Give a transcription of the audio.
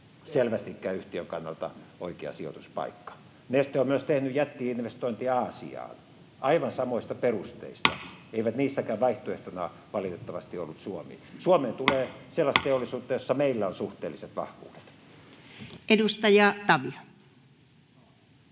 selvästikään yhtiön kannalta oikea sijoituspaikka. Neste on myös tehnyt jätti-investointeja Aasiaan aivan samoilla perusteilla. Ei niissäkään vaihtoehtona valitettavasti ollut Suomi. Suomeen tulee sellaista teollisuutta, jossa meillä on suhteelliset vahvuudet. Edustaja Tavio.